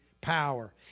power